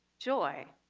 joy.